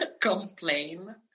complain